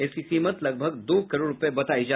इसकी कीमत लगभग दो करोड़ रूपये बतायी जाती है